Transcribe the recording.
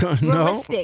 No